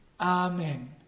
Amen